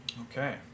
Okay